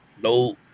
no